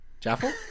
Jaffel